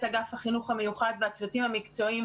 אגף החינוך המיוחד והצוותים המקצועיים.